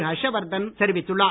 ஹர்ஷ்வர்தன் தெரிவித்துள்ளார்